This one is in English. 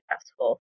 successful